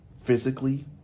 physically